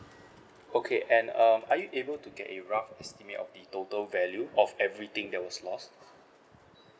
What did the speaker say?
okay and um are you able to get a rough estimate of the total value of everything that was lost